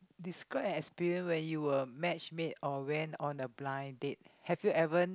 describe your experience when you were matchmade or went on a blind date have you even